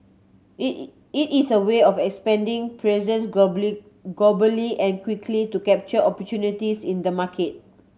it it is a way of expanding presence globally and quickly to capture opportunities in the market